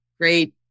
great